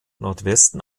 nordwesten